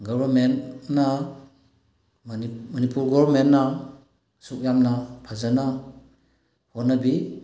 ꯒꯣꯕꯔꯟꯃꯦꯟꯅ ꯃꯅꯤꯄꯨꯔ ꯒꯣꯕꯔꯟꯃꯦꯟꯅ ꯑꯁꯨꯛ ꯌꯥꯝꯅ ꯐꯖꯅ ꯍꯣꯠꯅꯕꯤ